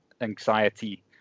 anxiety